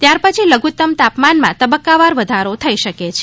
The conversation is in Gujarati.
ત્યારપછી લધુત્તમ તાપમાનમાં તબકકાવાર વધારો થઈ શકે છે